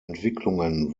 entwicklungen